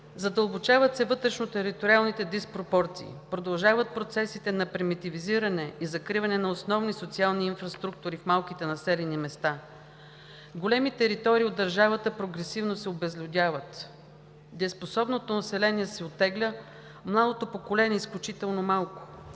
Задълбочават се вътрешнотериториалните диспропорции. Продължават процесите на примитивизиране и закриване на основни социални инфраструктури в малките населени места. Големи територии от държавата прогресивно се обезлюдяват. Дееспособното население се оттегля, младото поколение е изключително малко,